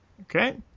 okay